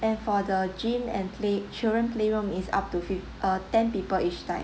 and for the gym and play children playroom is up to fif~ uh ten people each time